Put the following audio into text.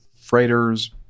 Freighters